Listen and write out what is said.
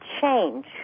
change